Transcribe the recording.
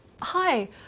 Hi